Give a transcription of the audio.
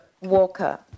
Walker